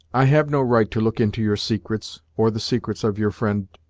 i have no right to look into your secrets, or the secrets of your friend,